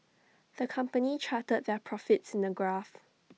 the company charted their profits in A graph